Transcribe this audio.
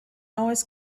always